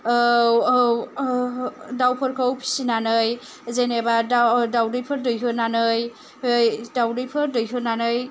दाउफोरखौ फिसिनानै जेनेबा दाउदैफोर दैहोनानै दाउदैफोर दैहोनानै